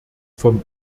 vom